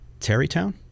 Terrytown